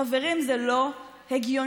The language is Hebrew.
חברים, זה לא הגיוני.